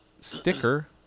sticker